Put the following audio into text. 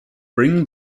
bring